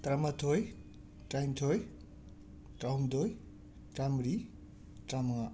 ꯇꯔꯥꯃꯥꯊꯣꯏ ꯇ꯭ꯔꯥꯏꯟꯊꯣꯏ ꯇ꯭ꯔꯥꯍꯨꯝꯗꯣꯏ ꯇ꯭ꯔꯥꯃꯔꯤ ꯇ꯭ꯔꯥꯃꯉꯥ